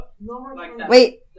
Wait